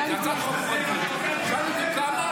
זו הצעת חוק פרטית, שאלנו אותו כמה?